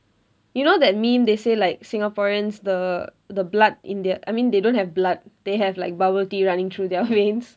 you know that meme they say like singaporeans the the blood in their I mean they don't have blood they have like bubble tea running through their veins